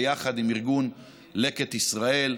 ביחד עם ארגון לקט ישראל,